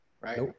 Right